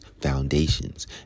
Foundations